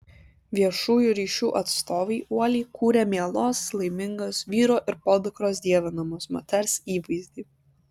viešųjų ryšių atstovai uoliai kūrė mielos laimingos vyro ir podukros dievinamos moters įvaizdį